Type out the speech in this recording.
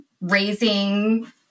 raising